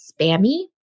spammy